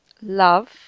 love